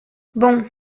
bon